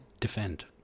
defend